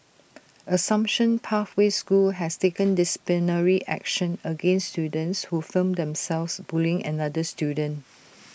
assumption pathway school has taken disciplinary action against students who filmed themselves bullying another student